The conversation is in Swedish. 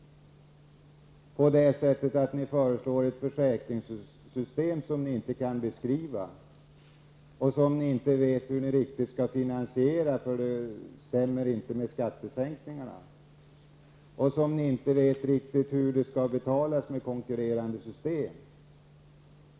Ni föreslår ett försäkringssystem som ni inte kan beskriva och som ni inte vet hur ni skall finansiera. Vad ni vill göra stämmer inte överens med de kommande skattesänkningarna. Inte heller vet ni hur ert försäkringssystem skall betalas i förhållande till konkurrerande system.